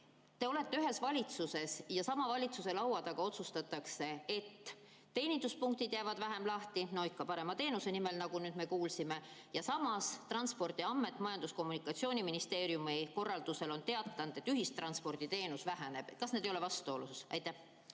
Te olete ühes valitsuses, kus sama laua taga otsustatakse, et teeninduspunktid on vähem lahti – no ikka parema teenuse nimel, nagu me kuulsime –, ja samas on Transpordiamet Majandus‑ ja Kommunikatsiooniministeeriumi korraldusel teatanud, et ühistransporditeenus väheneb. Kas need ei ole vastuolus? Suur aitäh,